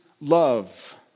love